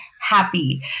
happy